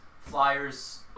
flyers